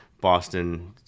Boston